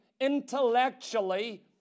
intellectually